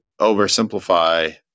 oversimplify